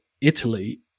italy